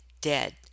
Dead